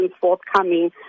forthcoming